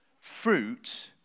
Fruit